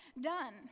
Done